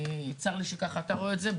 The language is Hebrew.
צר לי שככה אתה רואה את זה.